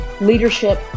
leadership